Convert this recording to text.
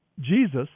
Jesus